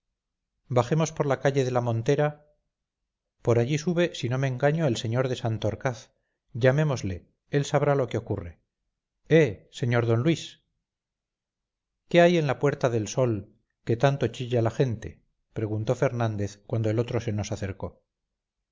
bajemos por la calle de la montera por allí sube si no me engaño el sr de santorcaz llamémosle él sabrá lo que ocurre eh sr d luis qué hay en la puerta del sol que tanto chilla la gente preguntó fernández cuando el otro se nos acercó